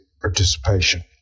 participation